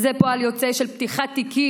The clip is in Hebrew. זה פועל יוצא של פתיחת תיקים